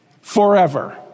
forever